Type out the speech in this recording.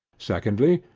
secondly.